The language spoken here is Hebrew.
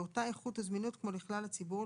באותה איכות וזמינות כמו לכלל הציבור,